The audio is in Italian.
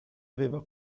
aveva